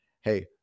Hey